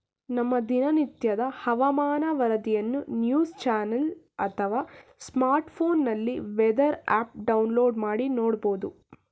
ನಮ್ಮ ದಿನನಿತ್ಯದ ಹವಾಮಾನ ವರದಿಯನ್ನು ನ್ಯೂಸ್ ಚಾನೆಲ್ ಅಥವಾ ಸ್ಮಾರ್ಟ್ಫೋನ್ನಲ್ಲಿ ವೆದರ್ ಆಪ್ ಡೌನ್ಲೋಡ್ ಮಾಡಿ ನೋಡ್ಬೋದು